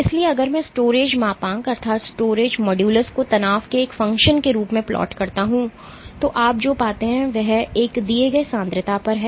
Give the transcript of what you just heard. इसलिए अगर मैं स्टोरेज मापांक को तनाव के एक फ़ंक्शन के रूप में plot करता हूं तो आप जो पाते हैं वह एक दिए गए सांद्रता पर है